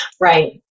Right